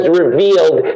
revealed